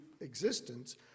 existence